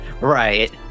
Right